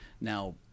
Now